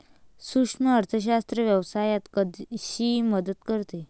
सूक्ष्म अर्थशास्त्र व्यवसायात कशी मदत करते?